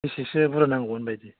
बेसेसो बुरजा नांगौमोन बायदि